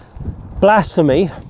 Blasphemy